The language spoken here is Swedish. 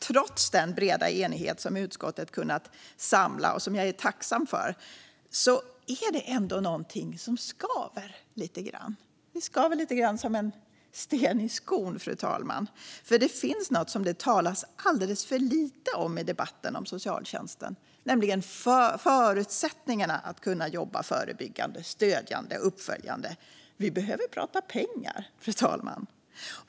Trots den breda enighet som utskottet har kunnat samla och som jag är tacksam för är det någonting som skaver lite grann - som en sten i skon, fru talman. Det finns nämligen något som det talas alldeles för lite om i debatten om socialtjänsten, och det är förutsättningarna för att kunna jobba förebyggande, stödjande och uppföljande. Vi behöver prata pengar, fru talman.